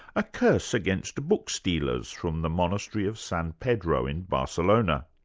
a curse against the book stealers from the monastery of san pedro in barcelona.